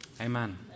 Amen